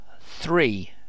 three